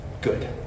good